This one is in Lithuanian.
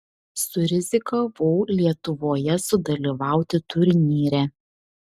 surizikavau lietuvoje sudalyvauti turnyre